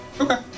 okay